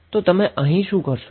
તો તમે શું કરશો